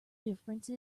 difference